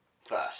First